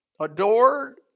adored